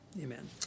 Amen